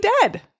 dead